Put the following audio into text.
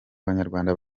abanyarwanda